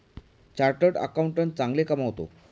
chartered accountant चांगले कमावतो